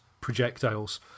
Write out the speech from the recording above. projectiles